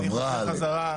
עברה עאלק.